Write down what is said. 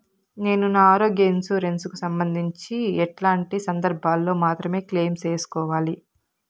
నేను నా ఆరోగ్య ఇన్సూరెన్సు కు సంబంధించి ఎట్లాంటి సందర్భాల్లో మాత్రమే క్లెయిమ్ సేసుకోవాలి?